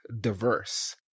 diverse